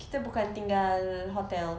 kita bukan tinggal hotel